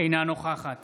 אינה נוכחת